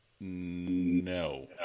No